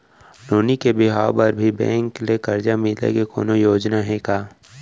नोनी के बिहाव बर भी बैंक ले करजा मिले के कोनो योजना हे का?